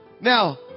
Now